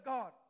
God